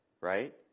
Right